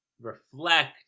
reflect